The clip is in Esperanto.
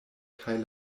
kaj